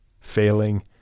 failing